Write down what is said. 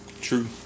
true